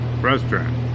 restaurant